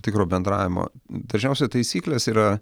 tikro bendravimo dažniausiai taisyklės yra